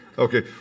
Okay